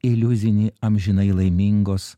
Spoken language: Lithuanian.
iliuzinį amžinai laimingos